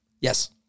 Yes